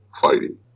fighting